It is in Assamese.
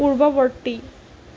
পূৰ্ৱৱৰ্তী